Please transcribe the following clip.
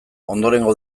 ondorengo